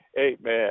amen